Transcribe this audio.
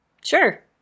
Sure